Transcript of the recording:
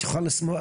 את יכולה לחזור,